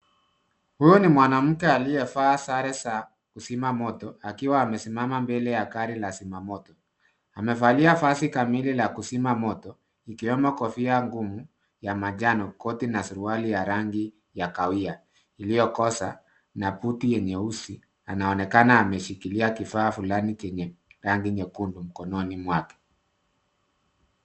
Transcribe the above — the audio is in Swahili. Huyu ni mwanamke aliyevaa sare za kuzimoto akiwa amesimama mbele ya gari la zimamoto. Amevalia vazi kamili la kuzima moto ikiwemo kofia ngumu ya manjano, koti na suruali ya rangi ya kahawia iliyokoza na buti nyeusi anaonekana ameshikilia kifaa fulani chenye rangi nyekundu mkononi mwake.